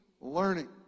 learning